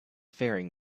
faring